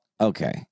okay